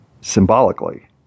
symbolically